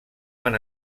van